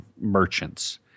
merchants